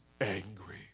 angry